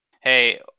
Hey